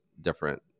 different